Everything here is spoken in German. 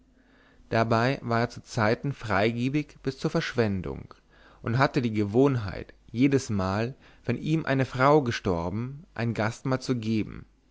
dabei war er zu zeiten freigebig bis zur verschwendung und hatte die gewohnheit jedesmal wenn ihm eine frau gestorben ein gastmahl zu geben